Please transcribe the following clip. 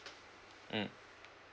mm